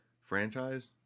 franchise